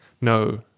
No